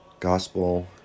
Gospel